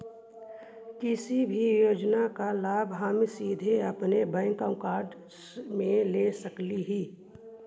किसी भी योजना का लाभ हम सीधे अपने बैंक अकाउंट में ले सकली ही?